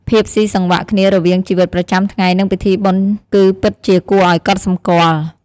ភាពស៊ីសង្វាក់គ្នារវាងជីវិតប្រចាំថ្ងៃ និងពិធីបុណ្យគឺពិតជាគួរឲ្យកត់សម្គាល់។